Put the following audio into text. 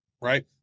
right